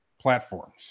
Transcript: platforms